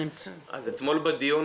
אתמול בדיון